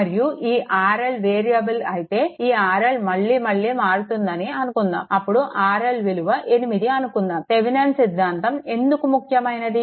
మరియు ఈ RL variable అయితే ఈ RL మళ్లీ మళ్లీ మారుతుందని అనుకుందాం ఇప్పుడు RL విలువ 8 అనుకుందాము థెవెనిన్ సిద్ధాంతం ఎందుకు ముఖ్యమైనది